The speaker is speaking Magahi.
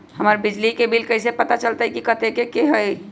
हमर बिजली के बिल कैसे पता चलतै की कतेइक के होई?